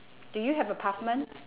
do you have a pavement